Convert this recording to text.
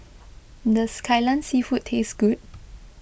does Kai Lan Seafood taste good